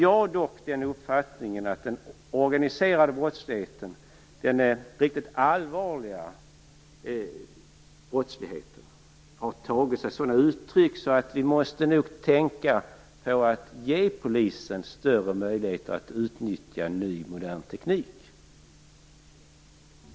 Jag har den uppfattningen att den riktigt allvarliga organiserade brottsligheten har tagit sig sådana uttryck att vi nog måste tänka oss att ge polisen större möjligheter att utnyttja ny modern teknik.